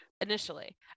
initially